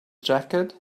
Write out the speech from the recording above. jacket